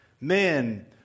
men